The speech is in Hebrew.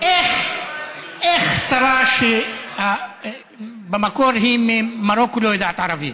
איך שרה שבמקור היא ממרוקו לא יודעת ערבית?